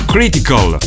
Critical